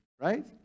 right